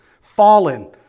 fallen